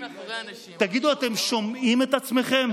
תגידו, אתם שומעים את עצמכם?